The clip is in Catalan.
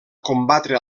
combatre